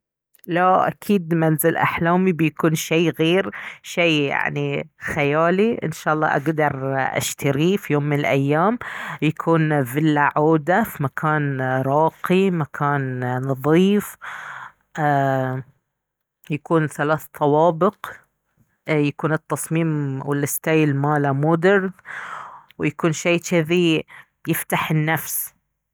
لا اكيد منزل احلامي بيكون شي غير شي يعني خيالي إن شاء الله اقدر اشتريه في يوم من الأيام يكون فيلا عودة في مكان راقي مكان نظيف يكون ثلاث طوابق ايه يكون التصميم الستايل ماله مودرن ويكون شي جذي يفتح النفس